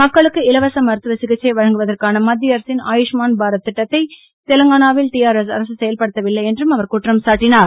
மக்களுக்கு இலவச மருத்துவ சிகிச்சை வழங்குவதற்கான மத்திய அரசின் ஆயுஷ்மான் பாரத் திட்டத்தை தெலுங்கானாவில் டிஆர்எஸ் அரசு செயல்படுத்தவில்லை என்றும் அவர் குற்றம் சாட்டினார்